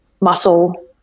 muscle